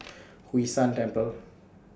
Hwee San Temple